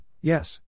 yes